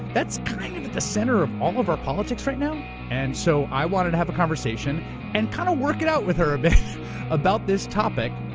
that's kind of the center of all of our politics right now and so i wanted to have a conversation and kind of work it out with her a bit about this topic,